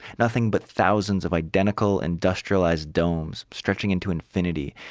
nothing but thousands of identical, industrialized domes stretching into infinity.